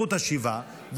זכות השיבה,